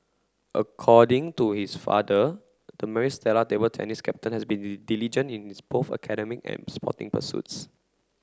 according to his father the Maris Stella table tennis captain has been diligent in both his academic and sporting pursuits